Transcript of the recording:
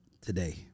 today